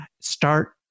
start